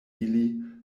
ili